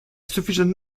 sufficient